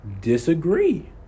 disagree